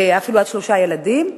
אפילו עד שלושה ילדים,